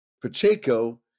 Pacheco